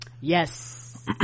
yes